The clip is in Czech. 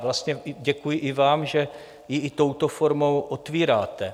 Vlastně děkuji i vám, že ji i touto formou otvíráte.